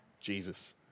Jesus